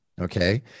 Okay